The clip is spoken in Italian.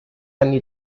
anni